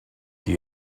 the